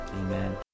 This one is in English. Amen